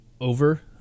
Over